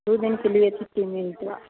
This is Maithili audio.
दू दिनके लिए छुट्टी मिलतै